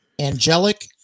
angelic